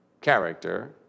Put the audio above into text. character